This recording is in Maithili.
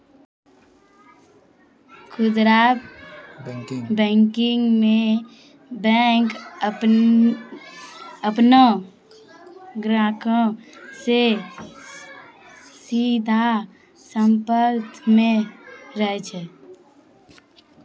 खुदरा बैंकिंग मे बैंक अपनो ग्राहको से सीधा संपर्क मे रहै छै